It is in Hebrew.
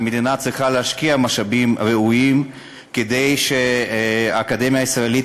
והמדינה צריכה להשקיע משאבים ראויים כדי שהאקדמיה הישראלית